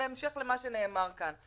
בהמשך למה שנאמר כאן,